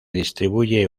distribuye